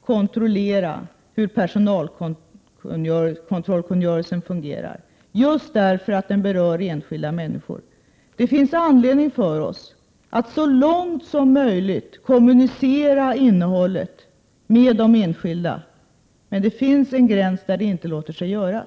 hålla ögonen på hur personalkontrollkungörelsen fungerar just för att den berör enskilda människor. Det finns anledning för oss att så långt som möjligt tillåta att uppgifter i personalkontrollen kommuniceras med de enskilda, men det finns en gräns när detta inte låter sig göra.